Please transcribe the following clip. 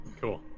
Cool